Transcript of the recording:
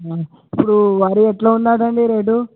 ఇప్పుడు వరి ఎట్లా ఉన్నాదండి రేటు